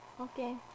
okay